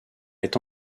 est